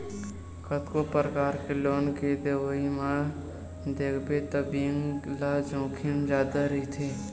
कतको परकार के लोन के देवई म देखबे त बेंक ल जोखिम जादा रहिथे